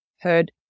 heard